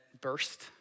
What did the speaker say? burst